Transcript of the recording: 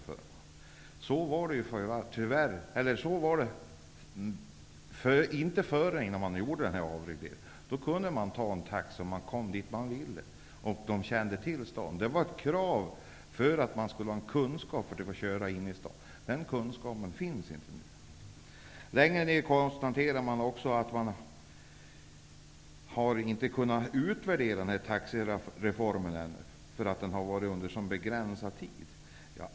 Före denna avreglering kunde man ta en taxi i förvissningen att man kom dit man vill. Taxiförarna kände till staden. Ett av kraven för att få tillstånd att köra inne i staden var kunskap om den. Längre ned på samma sida i betänkandet konstateras också att man inte kunnat utvärdera reformen därför att den gällt under så kort tid.